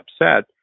upset